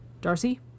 Darcy